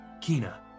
Kina